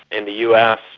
in the us,